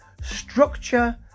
structure